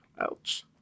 Ouch